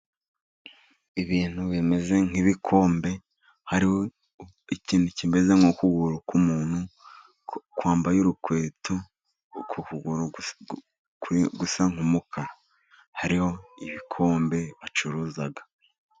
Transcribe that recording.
Ibintu bimeze nk'ibikombe, hariho ikintu kimeze nk'ukuguru k'umuntu kwambaye urukweto, uku kuguru gusa nk'umukara hariho ibikombe bacuruza.